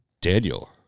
Daniel